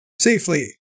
safely